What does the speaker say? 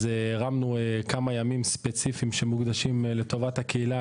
אז הרמנו כמה ימים ספציפיים שמונגשים לטובת הקהילה,